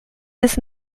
bis